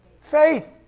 Faith